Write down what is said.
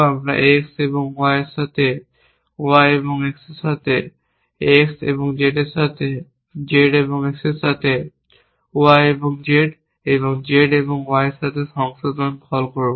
আমরা X এবং Y এর সাথে Y এবং X এর সাথে X এবং Z এর সাথে Z এবং X এর সাথে Y এবং Z এবং Z এবং Y এর সাথে সংশোধন কল করব